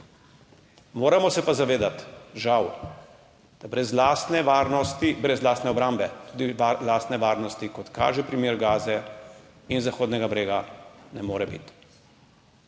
Moramo se pa zavedati, žal, da brez lastne varnosti, brez lastne obrambe, tudi lastne varnosti, kot kaže primer Gaze in Zahodnega brega ne more biti.